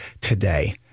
today